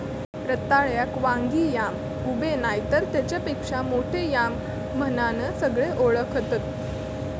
रताळ्याक वांगी yam, ube नायतर तेच्यापेक्षा मोठो याम म्हणान सगळे ओळखतत